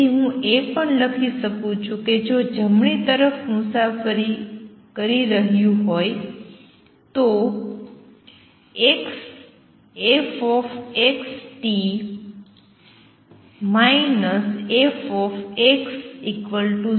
તેથી હું એ પણ લખી શકું છું કે જો જમણી તરફ મુસાફરી કરી રહ્યું હોય તો fxt f x0 t xv